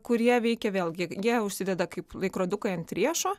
kurie veikia vėlgi jie užsideda kaip laikrodukai ant riešo